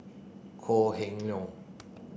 Kok Heng Leun